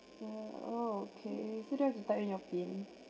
oh oh okay so do you have to type in your pin